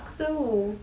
apa tu